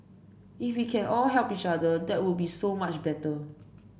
if we can all help each other that would be so much better